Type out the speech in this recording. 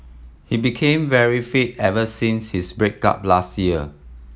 he became very fit ever since his break up last year